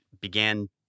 began